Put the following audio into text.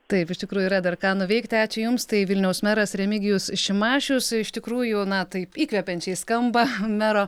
taip iš tikrųjų yra dar ką nuveikti ačiū jums tai vilniaus meras remigijus šimašius iš tikrųjų na taip įkvepiančiai skamba mero